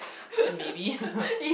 it maybe